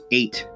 eight